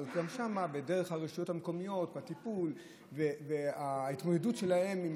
אבל גם שם לרשויות המקומיות יש טיפול והתמודדות שלהן עם